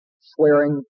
swearing